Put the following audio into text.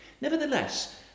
Nevertheless